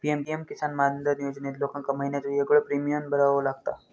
PM किसान मानधन योजनेत लोकांका महिन्याचो येगळो प्रीमियम भरावो लागता